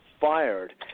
fired